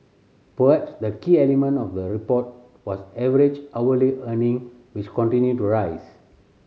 perhaps the key element of the report was average hourly earning which continued to rise